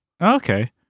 Okay